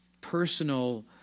personal